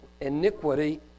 iniquity